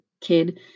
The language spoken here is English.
kid